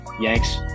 Yanks